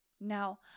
Now